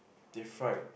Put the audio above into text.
deep fried